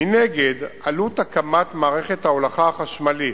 מנגד, עלות הקמת מערכת ההולכה החשמלית,